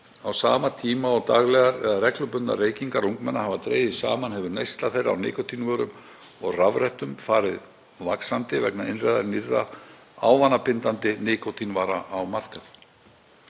Á sama tíma og daglegar eða reglubundnar reykingar ungmenna hafa dregist saman hefur neysla þeirra á nikótínvörum og rafrettum farið vaxandi vegna innreiðar nýrra ávanabindandi nikótínvara á markað.